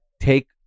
take